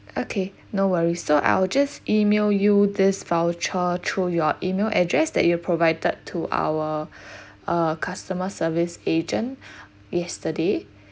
okay no worries so I will just email you this voucher through your email address that you provided to our uh customer service agent yesterday